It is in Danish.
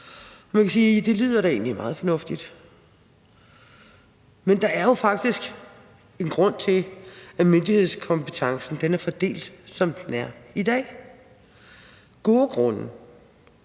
Man kan sige, at det da egentlig lyder meget fornuftigt, men der er jo faktisk grunde til, at myndighedskompetencen er fordelt, som den er i dag – gode grunde.